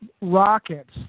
rockets